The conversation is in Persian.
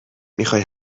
میخای